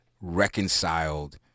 reconciled